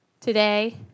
today